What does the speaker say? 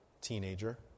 teenager